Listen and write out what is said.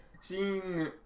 seeing